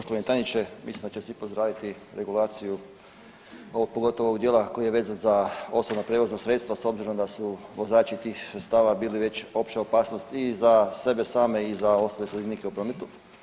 Poštovani tajniče, mislim da će svi pozdraviti regulaciju ovog pogotovo ovog dijela koji je vezan za osobna prijevozna sredstva, s obzirom da su vozači tih sredstava bili već opća opasnost i za sebe same i za ostale sudionik eu prometu.